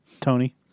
Tony